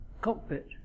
cockpit